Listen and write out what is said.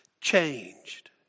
Changed